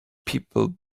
people